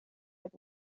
het